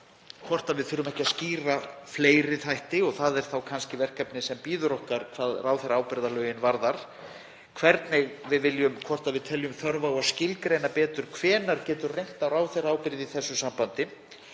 hvort við þurfum ekki að skýra fleiri þætti og það er þá kannski verkefni sem bíður okkar hvað ráðherraábyrgðarlögin varðar, hvort við teljum þörf á að skilgreina betur hvenær getur reynt á ráðherraábyrgð í þessu sambandi.